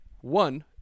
one